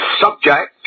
subject